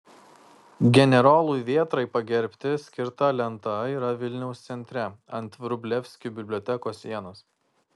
generolui vėtrai pagerbti skirta lenta yra vilniaus centre ant vrublevskių bibliotekos sienos